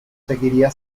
seguiría